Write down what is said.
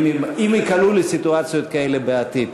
אם ייקלעו לסיטואציות כאלה בעתיד.